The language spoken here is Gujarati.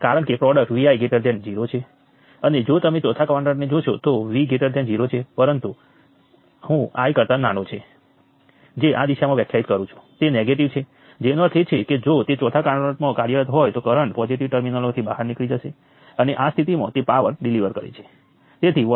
અને પછી વિડિઓ ફરીથી શરૂ કરો અને ખાતરી કરો કે તમને જે મળ્યું છે તે સાચું છે આ ફક્ત KCL ઈકવેશન્સમાં તમામ વિજ્ઞાનને યોગ્ય રાખવામાં થોડી વધારાની પ્રેક્ટિસ મેળવવા માટે છે